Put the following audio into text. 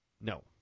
No